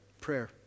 prayer